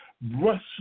brush